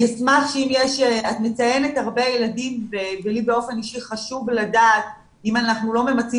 את מציינת "הרבה ילדים" ולי באופן אישי חשוב לדעת אם אנחנו לא ממצים